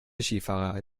skifahrer